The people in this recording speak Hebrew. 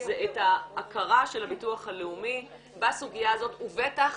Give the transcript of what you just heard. זה את ההכרה של הביטוח הלאומי במציאות הזאת ובטח